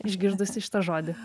išgirdusi šitą žodį